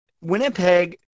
Winnipeg